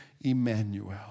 Emmanuel